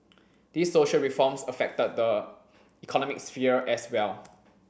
these social reforms affected the economic sphere as well